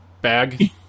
bag